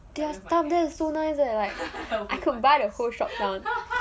their store is so nice leh I could buy the whole shop down